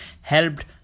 helped